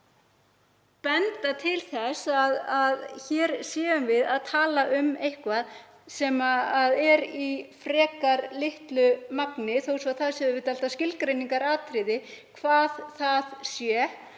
benda til þess að hér séum við að tala um eitthvað sem er í frekar litlu magni, þó svo að það sé auðvitað alltaf skilgreiningaratriði. Þetta sé